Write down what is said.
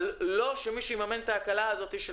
אבל לא שמי שיממן את ההקלה הזאת של